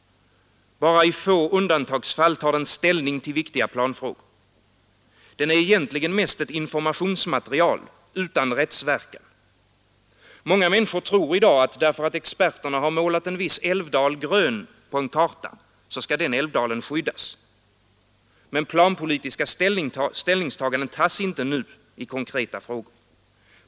Bara i få undantagsfall tar den ställning till viktiga planfrågor. Den är egentligen mest ett informationsmaterial utan rättsverkan. Många människor tror i dag att därför att experterna har målat en viss älvdal grön på en karta, så skall den älvdalen skyddas. Men planpolitiska ställningstaganden tas inte nu i konkreta frågor.